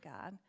God